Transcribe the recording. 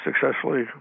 successfully